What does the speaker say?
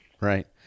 Right